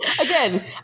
Again